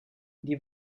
die